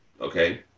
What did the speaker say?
Okay